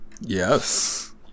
Yes